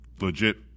legit